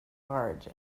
large